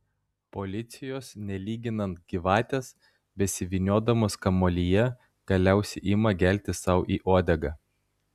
policijos nelyginant gyvatės besivyniodamos kamuolyje galiausiai ima gelti sau į uodegą